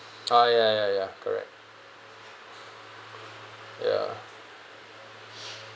ah ya ya ya correct ya